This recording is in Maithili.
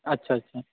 अच्छा अच्छा